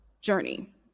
journey